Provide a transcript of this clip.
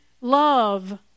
love